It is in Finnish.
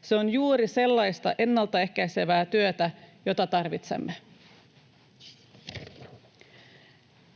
Se on juuri sellaista ennaltaehkäisevää työtä, jota tarvitsemme.